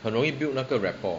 很容易 build 那个 rapport